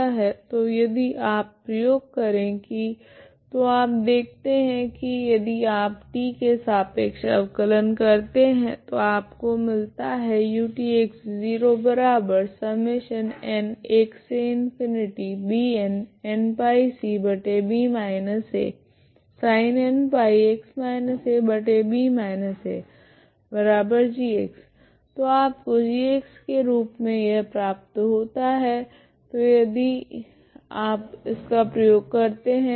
तो यदि आप प्रयोग करे की तो आप देखते है की यदि आप t के सापेक्ष अवकलन करते है तो आपको मिलता है तो आपको g के रूप मे यह प्राप्त होता है तो आप यदि इसका प्रयोग करते है